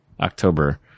October